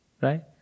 right